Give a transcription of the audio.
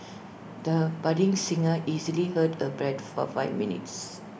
the budding singer easily held her A breath for five minutes